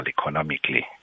economically